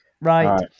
right